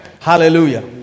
Hallelujah